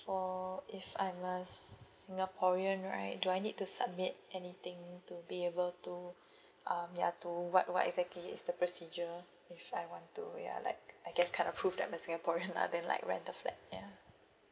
for if I'm a singaporean right do I need to submit anything to be able to um ya to what what exactly is the procedure if I want to ya like I guess kind of prove that I'm a singaporean lah then like rent a flat ya